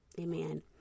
amen